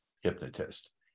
hypnotist